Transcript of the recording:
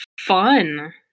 Fun